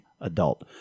adult